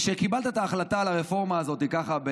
כשקיבלת את ההחלטה על הרפורמה הזאת ככה,